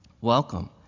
Welcome